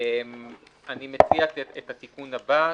אני מציע את התיקון הבא: